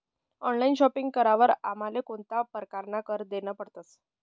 Online shopping करावर आमले कोणता परकारना कर देना पडतस?